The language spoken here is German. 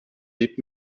lebt